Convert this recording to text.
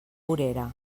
vorera